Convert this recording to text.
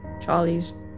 Charlie's